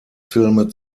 filme